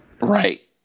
right